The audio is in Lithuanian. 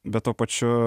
bet tuo pačiu